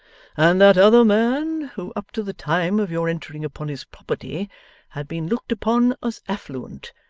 and that other man, who up to the time of your entering upon his property had been looked upon as affluent,